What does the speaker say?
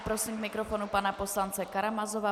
Prosím k mikrofonu pana poslance Karamazova.